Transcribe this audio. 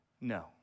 No